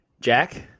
Jack